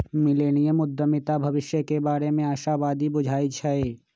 millennium उद्यमीता भविष्य के बारे में आशावादी बुझाई छै